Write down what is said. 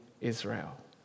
Israel